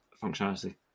functionality